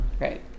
Right